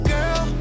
Girl